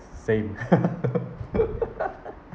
same